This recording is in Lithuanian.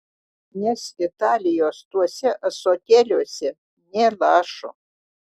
nes italijos tuose ąsotėliuose nė lašo